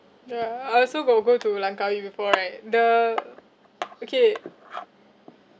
ya I also got go to langkawi before right the okay